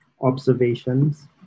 observations